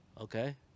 Okay